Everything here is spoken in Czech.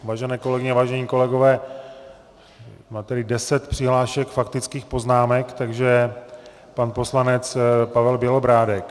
Vážené kolegyně, vážení kolegové, mám tady deset přihlášek k faktickým poznámkám, takže pan poslanec Pavel Bělobrádek.